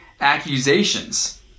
Accusations